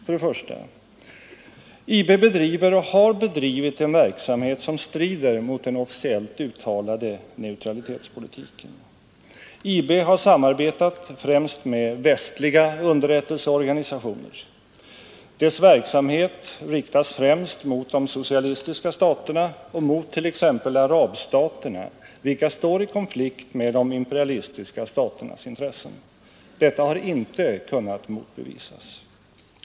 För det första: IB bedriver och har bedrivit en verksamhet som strider mot den officiellt uttalade neutralitetspolitiken. IB har samarbetat främst med västliga underrättelseorganisationer. Dess verksamhet riktas främst mot de socialistiska staterna och mot t.ex. arabstaterna, vilka står i konflikt med de imperialistiska staternas intressen. Detta har inte kunnat motbevisas.